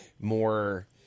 more